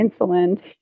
insulin